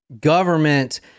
government